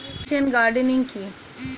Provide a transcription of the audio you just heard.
Kitchen gardening কি?